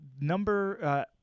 number